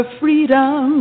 freedom